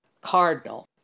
Cardinal